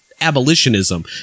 abolitionism